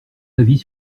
avis